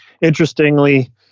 interestingly